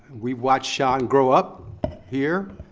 we've watched sean grow up here,